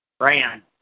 Ryan